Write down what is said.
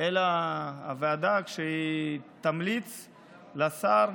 אלא שהוועדה תמליץ לשר,